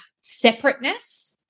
separateness